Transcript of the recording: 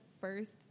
first